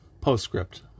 Postscript